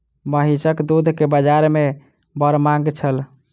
महीसक दूध के बाजार में बड़ मांग छल